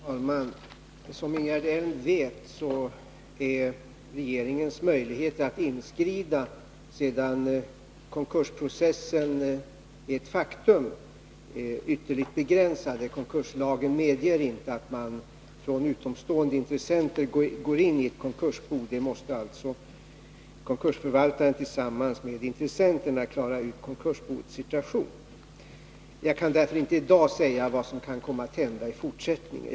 Herr talman! Som Ingegerd Elm vet är regeringens möjligheter att inskrida sedan konkursprocessen är ett faktum ytterligt begränsade. Konkurslagen medger inte att utomstående intressenter går in i ett konkursbo. Konkursförvaltaren tillsammans med intressenterna måste klara ut konkursboets situation. Jag vill därför inte säga vad som kan komma att hända i fortsättningen.